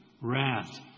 wrath